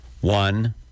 One